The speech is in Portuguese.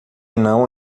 não